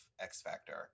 X-Factor